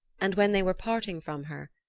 and when they were parting from her,